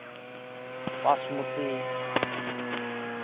basmati